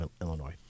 Illinois